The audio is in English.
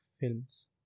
Films